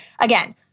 Again